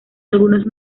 algunos